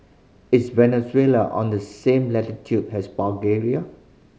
is Venezuela on the same latitude as Bulgaria